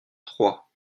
trois